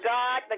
God